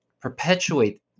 perpetuate